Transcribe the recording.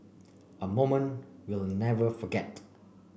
a moment we'll never forget